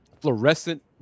Fluorescent